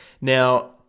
Now